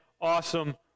awesome